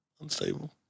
Unstable